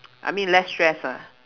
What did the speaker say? I mean less stress ah